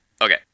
okay